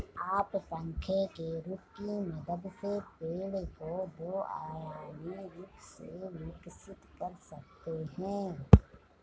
आप पंखे के रूप की मदद से पेड़ को दो आयामी रूप से विकसित कर सकते हैं